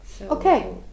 Okay